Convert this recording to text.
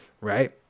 Right